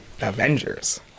Avengers